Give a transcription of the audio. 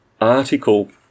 article